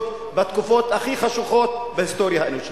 בתקופות הכי חשוכות בהיסטוריה האנושית,